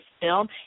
film